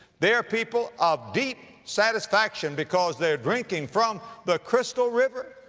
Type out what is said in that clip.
they're people of deep satisfaction because they're drinking from the crystal river.